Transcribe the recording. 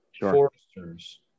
foresters